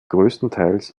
großteils